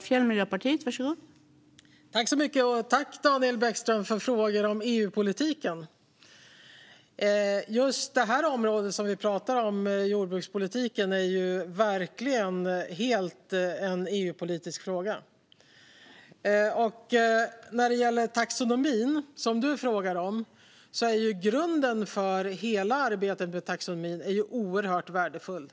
Fru talman! Tack, Daniel Bäckström, för frågor om EU-politiken! Just det område som vi nu pratar om, jordbrukspolitiken, är verkligen en helt EU-politisk fråga. Du frågar om taxonomin. Grunden för hela arbetet med taxonomin är oerhört värdefull.